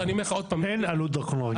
אין עלות דרכון רגיל.